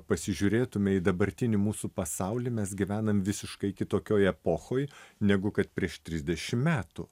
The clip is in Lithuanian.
pasižiūrėtume į dabartinį mūsų pasaulį mes gyvenam visiškai kitokioj epochoj negu kad prieš trisdešim metų